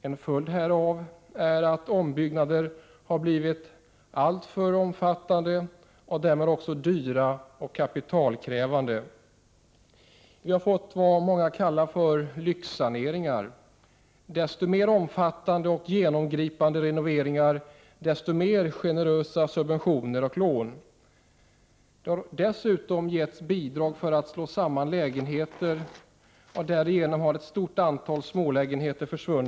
En följd härav är att ombyggnaderna har blivit alltför omfattande och därmed också dyra och kapitalkrävande. Vi har fått vad många kallar för lyxsaneringar. Ju mer omfattande och genomgripande renoveringar man vill göra, desto mer generösa subventioner och lån kommer till. Vi har dessutom gett bidrag för att slå samman lägenheter. Därigenom har ett stort antal smålägenheter försvunnit.